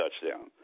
touchdown